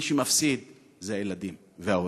מי שמפסיד זה הילדים וההורים.